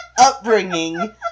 upbringing